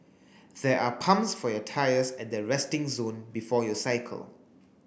there are pumps for your tyres at the resting zone before you cycle